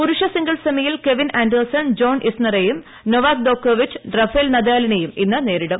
പുരുഷ സിംഗിൾസ് സെമിയിൽ Kevin Anderson John ഇസ്നറെയും നൊവാക് ജോക്കോവിച്ച് റഫേൽ നദാലിനെയും ഇന്ന് നേരിടും